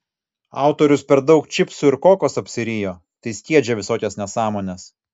autorius per daug čipsų ir kokos apsirijo tai skiedžia visokias nesąmones